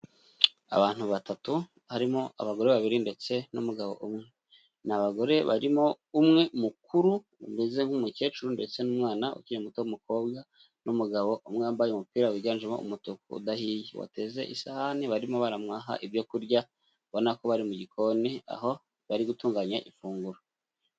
Abantu batatu harimo abagore babiri ndetse n'umugabo umwe, ni abagore barimo umwe mukuru umeze nk'umukecuru, ndetse n'umwana ukiri muto w'umukobwa, n'umugabo umwe wambaye umupira wiganjemo umutuku udahiye, wateze isahani barimo baramuha ibyo kurya, ubona ko bari mu gikoni, aho bari gutunganya ifunguro.